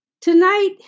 Tonight